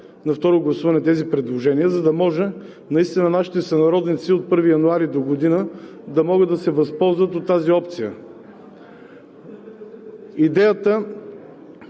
на второ гласуване тези предложения, за да може наистина нашите сънародници от 1 януари догодина да могат да се възползват от тази опция. Идеята